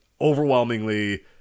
overwhelmingly